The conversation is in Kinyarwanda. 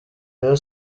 rayon